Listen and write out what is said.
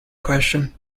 question